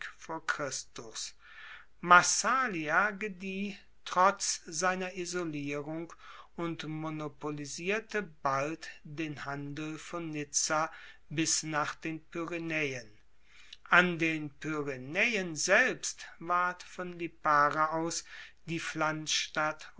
massalia gedieh trotz seiner isolierung und monopolisierte bald den handel von nizza bis nach den pyrenaeen an den pyrenaeen selbst ward von lipara aus die